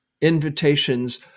invitations